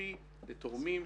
אטרקטיבי לתורמים.